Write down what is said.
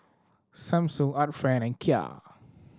Samsung Art Friend and Kia